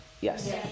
Yes